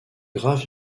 graphe